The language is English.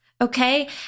Okay